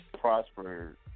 prospered